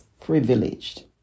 privileged